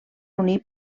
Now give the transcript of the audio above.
unir